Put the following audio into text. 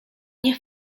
nie